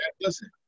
listen